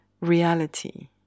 reality